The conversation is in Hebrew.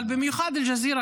אבל במיוחד אל-ג'זירה,